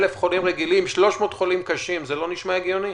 1,000 חולים רגילים ו-300 חולים קשים לא נשמע הגיוני?